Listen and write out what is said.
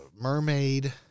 mermaid